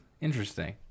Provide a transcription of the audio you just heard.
Interesting